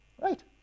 Right